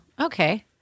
okay